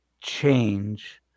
change